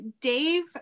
Dave